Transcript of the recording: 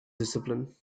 discipline